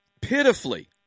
Pitifully